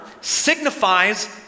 signifies